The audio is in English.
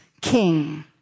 king